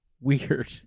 weird